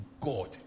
God